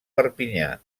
perpinyà